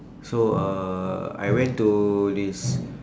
so uh I went to this